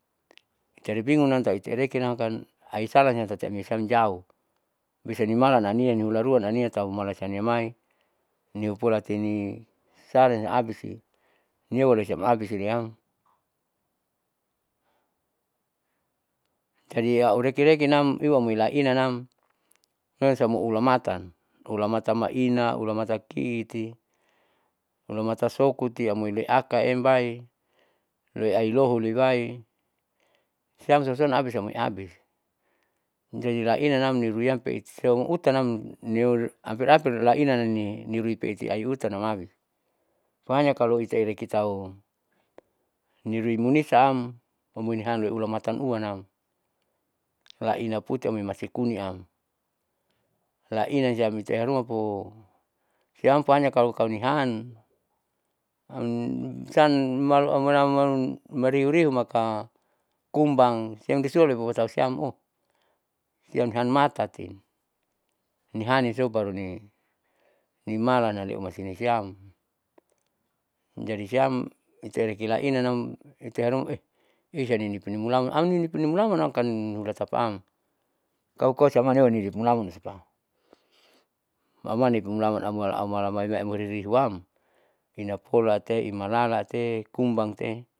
Itaribingung itarekinam kanaisala niam tati nisam jauh bisa nimalam nania hularuan ania tahu humala samniamai niupuolati ini salin abis, nieua lisiam abis siam, jadi aureki rekinam iuamoila inanam masam auhulamatan hulamata maina hulamata kiti hulamata sokuti iamoi leakaembai loi ailoolibaisiam soson abisi tamoiabis jadi lainanam niruiam peetiso utanam niou apir apir lainanani nirui peti aihutanam abis soalnya kaloitaireki tahu nirui munisaam aumoihan ulamata upun huanamlaina puti amoi nasikuniam, lainanisiam peharuma po siampo hanyakalu nihan amsan malu loto amoianam riuriu maka kumbang siem sihula tahu siamsian hanmatati nihaniso baru ninimalan haleu masolisiam, jadi siam itaiuleki lainanam iteharuma esaninipi mulaman amnipini mulamanam kan ulatapaam kauko huama niolati mulaman teusupan maumanipi mulaman amala amala maine amori rihuam inapolate inanalante kumbangte.